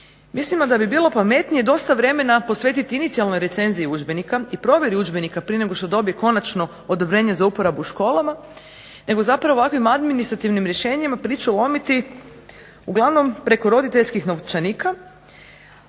mislimo da bi bilo pametnije dosta vremena posvetiti inicijalnoj recenziji udžbenika i provjeri udžbenika prije nego što dobije konačno odobrenje za uporabu u školama nego zapravo ovakvim administrativnim rješenjima priču lomiti uglavnom preko roditeljskih novčanika.